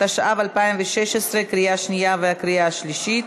התשע"ו 2016, קריאה שנייה וקריאה שלישית.